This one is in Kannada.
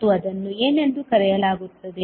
ಮತ್ತು ಅದನ್ನು ಏನೆಂದು ಕರೆಯಲಾಗುತ್ತದೆ